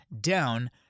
down